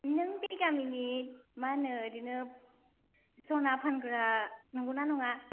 नों बे गामिनि मा होनो बिदिनो सना फानग्रा नंगौना नङा